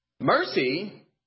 Mercy